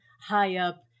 high-up